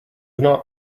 not